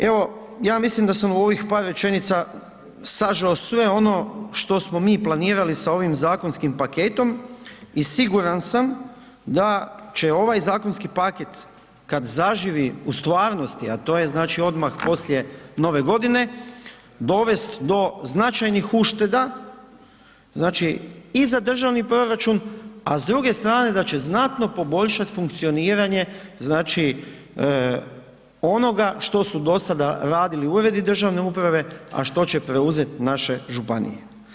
Evo ja mislim da sam u ovih par rečenica sažeo sve ono što smo mi planirali sa ovim zakonskim paketom i siguran sam da će ovaj zakonski paket kad zaživi u stvarnost a to je znači odmah poslije Nove godine, dovest do značajnih ušteda i za državni proračun a s druge strane da će znatno poboljšati funkcioniranje onoga što su do sada radili uredi državne uprave a što će preuzeti naše županije.